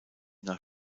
nach